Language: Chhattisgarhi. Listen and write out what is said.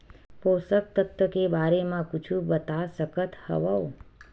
पोषक तत्व के बारे मा कुछु बता सकत हवय?